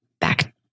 back